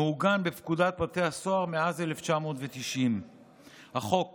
מעוגן בפקודת בתי הסוהר מאז 1990. החוק